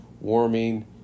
Warming